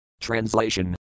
Translation